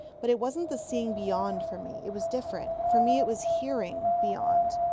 but it wasn't the seeing-beyond for me. it was different. for me, it was hearing-bey ond.